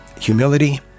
humility